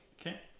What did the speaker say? okay